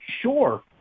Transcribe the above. Sure